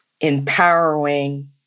empowering